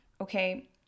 okay